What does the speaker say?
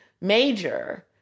major